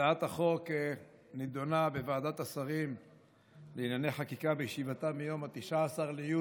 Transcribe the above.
הצעת החוק נדונה בוועדת השרים לענייני חקיקה בישיבתה מיום 19 ביוני